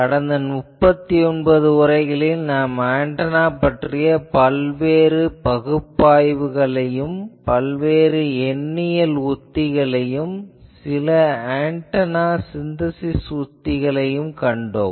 கடந்த 39 உரைகளில் நாம் ஆன்டெனா பற்றிய பல்வேறு பகுப்பாய்வுகளையும் பல்வேறு எண்ணியல் உத்திகளையும் சில ஆன்டெனா சின்தசிஸ் உத்திகளையும் கண்டோம்